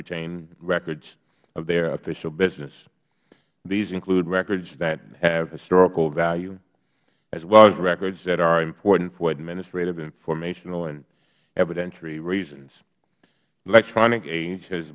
retain records of their official business these include records that have historical value as well as records that are important for administrative informational and evidentiary reasons the electronic age has